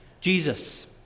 Jesus